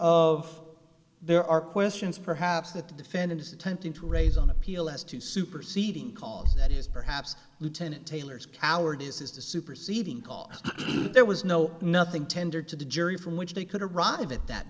of there are questions perhaps that the defendant is attempting to raise on appeal as to superseding perhaps lieutenant taylor's cowardice is the superseding call there was no nothing tendered to the jury from which they could arrive at that